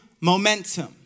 momentum